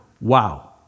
Wow